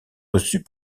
reçues